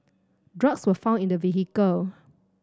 drugs were found in the vehicle